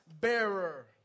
Bearer